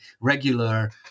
regular